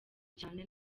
cyane